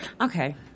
Okay